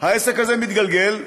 העסק הזה מתגלגל,